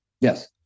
Yes